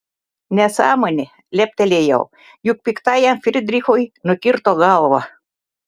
nesąmonė leptelėjau juk piktajam frydrichui nukirto galvą